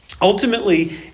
ultimately